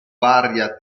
varia